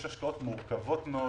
יש השקעות מורכבות מאוד.